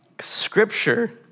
Scripture